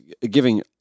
giving